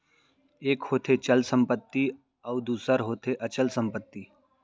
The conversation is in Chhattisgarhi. एक होथे चल संपत्ति अउ दूसर होथे अचल संपत्ति